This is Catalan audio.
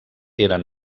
eren